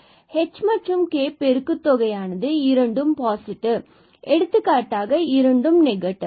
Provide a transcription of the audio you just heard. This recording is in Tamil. இந்த h and k பெருக்க தொகையானது இரண்டும் பாசிட்டிவ் எடுத்துக்காட்டாக இரண்டும் நெகட்டிவ்